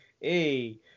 Hey